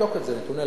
נתוני למ"ס,